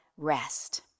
rest